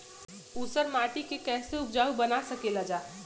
ऊसर माटी के फैसे उपजाऊ बना सकेला जा?